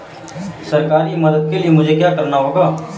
सरकारी मदद के लिए मुझे क्या करना होगा?